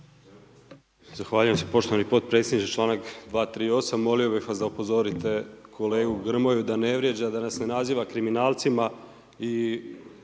Zahvaljujem se poštovani podpredsjedniče. Članak 238., molio bih vas da upozorite kolegu Grmoju da ne vrijeđa, da nas ne naziva kriminalcima i